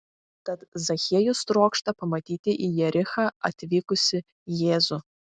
tad zachiejus trokšta pamatyti į jerichą atvykusį jėzų